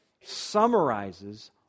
summarizes